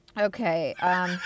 Okay